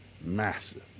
Massive